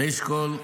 ראשית כול,